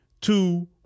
two